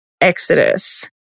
Exodus